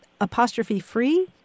apostrophe-free